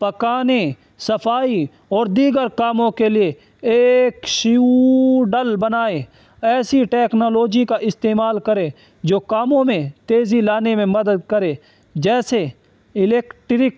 پکانے صفائی اور دیگر کاموں کے لیے ایک شیوڈل بنائیں ایسی ٹیکنالوجی کا استعمال کریں جو کاموں میں تیزی لانے میں مدد کرے جیسے الیکٹرک